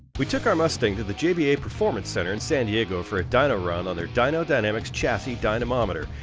we took our mustang to the jba performance center in san diego for a dyno run on their dyno dynamics chassis dynomometer.